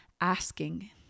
asking